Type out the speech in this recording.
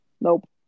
Nope